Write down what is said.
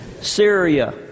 Syria